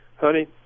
Honey